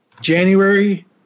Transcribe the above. January